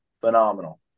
Phenomenal